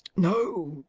no,